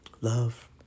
love